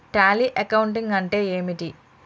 Tally accounting అంటే ఏమిటి?